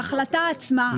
ההחלטה עצמה,